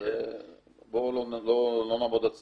אז בואו לא נעמוד עם סטופר.